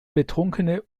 betrunkene